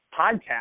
podcast